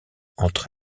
entre